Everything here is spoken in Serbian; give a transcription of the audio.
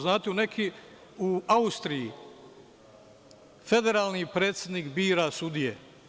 Znate, u Austriji federalni predsednik bira sudije.